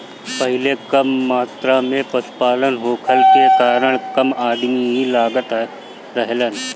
पहिले कम मात्रा में पशुपालन होखला के कारण कम अदमी ही लागत रहलन